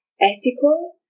ethical